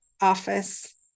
office